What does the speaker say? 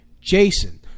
Jason